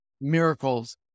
miracles